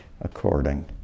according